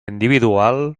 individual